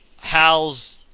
Hal's